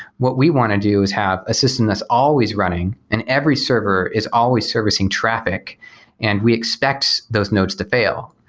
what we want to do is have a system that's always running and every server is always servicing traffic and we expects those nodes to fail.